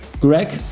Greg